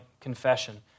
confession